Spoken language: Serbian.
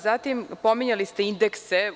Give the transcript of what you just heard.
Zatim, pominjali ste indekse.